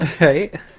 right